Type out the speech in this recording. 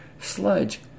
Sludge